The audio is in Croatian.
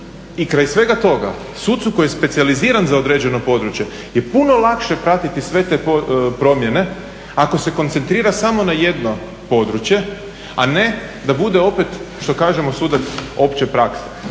i kraj svega toga sucu koji je specijaliziran za određeno područje je puno lakše pratiti sve te promjene ako se koncentrira samo na jedno područje, a ne da bude opet što kažemo sudac opće prakse.